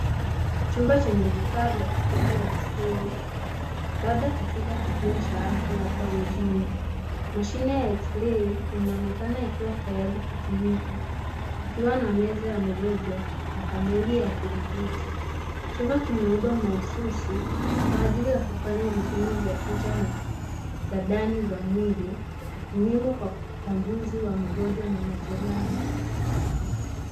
Chumba chenye vifaa vya kupiga eksirei labda katika kituo cha afya hapa mjini. Mashine ya eksirei inaonekana tayari kutumika ikiwa na meza ya mgonjwa na paneli ya kudhibiti. Chumba kimeundwa mahususi kwa ajili ya kufanya vipimo vya picha na tandani za mwili muhimu kwa utambuzi wa mgonjwa na majeraha.